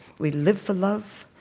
we live for love,